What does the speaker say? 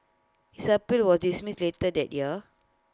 his appeal was dismissed later that year